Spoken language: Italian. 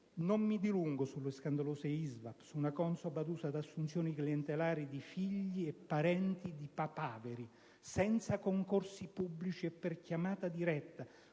Non mi dilungo sulla scandalosa ISVAP, su una CONSOB adusa ad assunzioni clientelari di figli e parenti di papaveri, senza concorsi pubblici e per chiamata diretta,